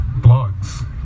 blogs